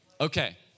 Okay